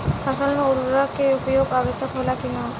फसल में उर्वरक के उपयोग आवश्यक होला कि न?